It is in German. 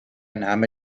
name